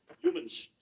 humans